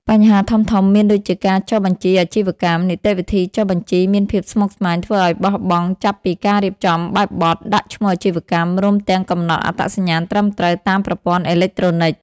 បញ្ហាធំៗមានដូចជាការចុះបញ្ជីអាជីវកម្ម នីតិវិធីចុះបញ្ជីមានភាពស្មុគស្មាញធ្វើឲ្យបោះបង់ចាប់ពីការរៀបចំបែបបទ ដាក់ឈ្មោះអាជីវកម្ម រួមទាំងកំណត់អត្តសញ្ញាណត្រឹមត្រូវតាមប្រព័ន្ធអេឡិចត្រូនិក។